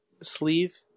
sleeve